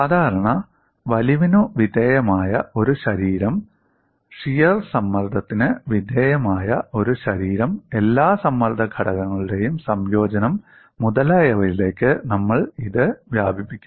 സാധാരണ വലിവിനു വിധേയമായ ഒരു ശരീരം കത്രിക്കൽ ഷിയർ സമ്മർദ്ദത്തിന് വിധേയമായ ഒരു ശരീരം എല്ലാ സമ്മർദ്ദ ഘടകങ്ങളുടെയും സംയോജനം മുതലായവയിലേക്ക് നമ്മൾ ഇത് വ്യാപിപ്പിക്കും